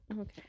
Okay